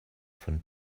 von